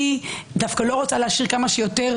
אני לא רוצה להשאיר כמה שיותר